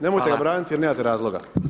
Nemojte ga braniti jer nemate razloga.